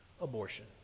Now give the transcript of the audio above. abortion